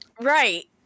Right